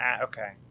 okay